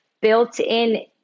built-in